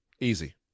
Easy